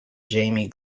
jamie